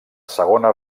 segona